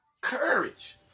courage